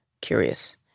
curious